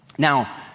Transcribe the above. Now